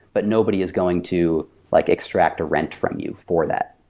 but nobody is going to like extract a rent from you for that.